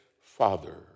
Father